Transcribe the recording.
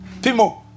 Pimo